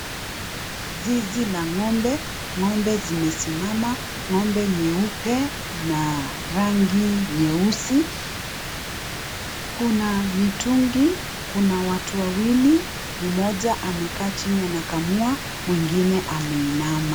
Zizi la ng'ombe. Ng'ombe zimesimama. Ng'ombe nyeupe na rangi nyeusi. Kuna mitungi, kuna watu wawili, mmoja amekaa chini anakamua, mwingine ameinama.